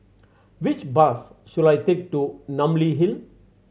which bus should I take to Namly Hill